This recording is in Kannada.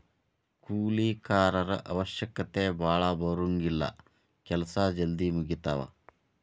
ಕೂಲಿ ಕಾರರ ಅವಶ್ಯಕತೆ ಭಾಳ ಬರುಂಗಿಲ್ಲಾ ಕೆಲಸಾ ಜಲ್ದಿ ಮುಗಿತಾವ